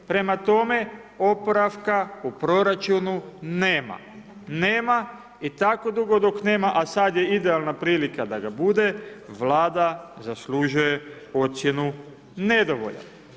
Prema tome, oporavka u proračunu nema, nema i tako dugo dok nema, a sad je idealna prilika da ga bude, Vlada zaslužuje ocjenu nedovoljan.